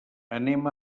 anem